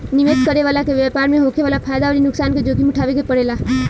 निवेश करे वाला के व्यापार में होखे वाला फायदा अउरी नुकसान के जोखिम उठावे के पड़ेला